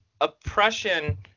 oppression